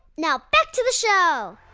now back to the show